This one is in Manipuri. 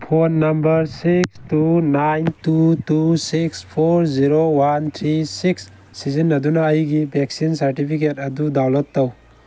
phone number six two nine two two six four zero one three six ꯁꯤꯖꯤꯟꯅꯗꯨꯅ ꯑꯩꯒꯤ ꯕꯦꯛꯁꯤꯟ ꯁꯥꯔꯇꯤꯐꯤꯀꯦꯠ ꯑꯗꯨ ꯗꯥꯎꯟꯂꯣꯠ ꯇꯧ